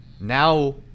Now